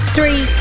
Three